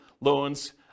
loans